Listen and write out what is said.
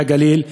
של הגליל,